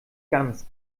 ganz